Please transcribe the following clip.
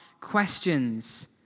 questions